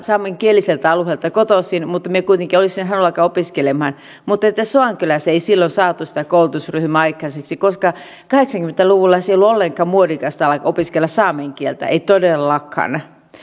saamenkieliseltä alueelta kotoisin mutta minä kuitenkin olisin halunnut alkaa opiskelemaan mutta sodankylässä ei silloin saatu sitä koulutusryhmää aikaiseksi koska kahdeksankymmentä luvulla ei ollut ollenkaan muodikasta opiskella saamen kieltä ei todellakaan